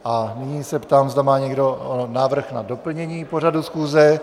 A nyní se ptám, zda má někdo návrh na doplnění pořadu schůze.